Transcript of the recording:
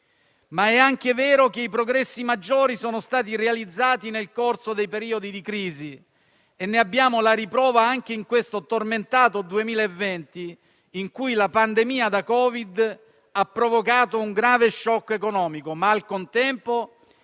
Ma è anche vero che i progressi maggiori sono stati realizzati nel corso dei periodi di crisi e ne abbiamo la riprova anche in questo tormentato 2020, in cui la pandemia da Covid ha provocato un grave *shock* economico, ma al contempo